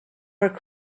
were